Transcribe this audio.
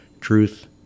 truth